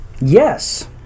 Yes